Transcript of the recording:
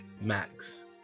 Max